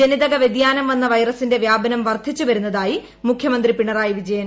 ജനിതക വൃതിയാനം വന്ന വൈറസിന്റെ വ്യാപനം വർദ്ധിച്ചു വരുന്നതായി മുഖ്യമന്ത്രി പിണറായി വിജയൻ